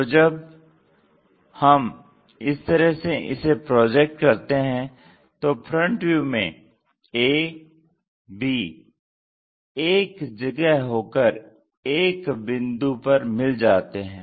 तो जब हम इस तरह से इसे प्रोजेक्ट करते हैं तो फ्रंट व्यू में A B एक जगह होकर एक बिंदु पर मिल जाते हैं